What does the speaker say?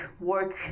work